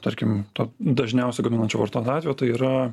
tarkim to dažniausiai gaminančio vartotojo atveju tai yra